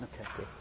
Okay